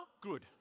Good